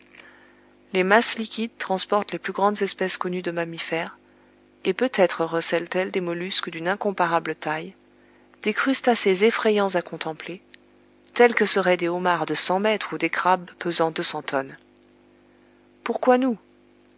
les masses liquides transportent les plus grandes espèces connues de mammifères et peut-être recèlent elles des mollusques d'une incomparable taille des crustacés effrayants à contempler tels que seraient des homards de cent mètres ou des crabes pesant deux cents tonnes pourquoi nous